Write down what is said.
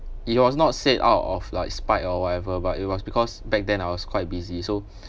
it was not said out of like spite or whatever but it was because back then I was quite busy so